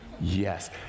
Yes